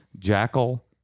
Jackal